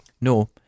No